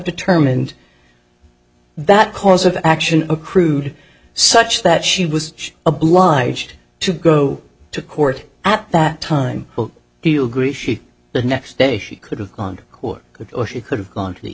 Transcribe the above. determined that course of action accrued such that she was obliged to go to court at that time he'll greet she the next day she could have gone to court or she could have gone to the